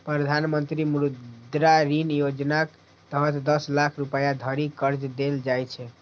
प्रधानमंत्री मुद्रा ऋण योजनाक तहत दस लाख रुपैया धरि कर्ज देल जाइ छै